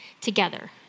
together